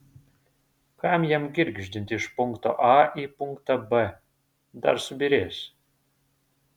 kam jam girgždinti iš punkto a į punktą b dar subyrės